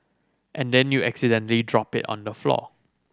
and then you accidentally drop it on the floor